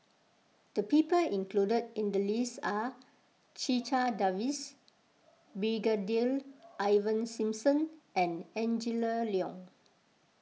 the people included in the list are Checha Davies Brigadier Ivan Simson and Angela Liong